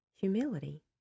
humility